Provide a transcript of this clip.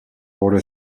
order